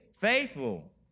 faithful